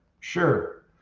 Sure